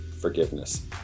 Forgiveness